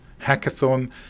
hackathon